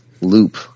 loop